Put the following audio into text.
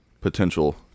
potential